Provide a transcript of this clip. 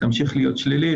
תמשיך להיות שלילית,